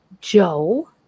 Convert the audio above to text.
Joe